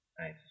Nice